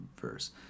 verse